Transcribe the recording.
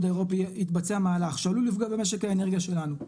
האירופי התצבע מהלך שעלול לפגוע במשק האנרגיה שלנו,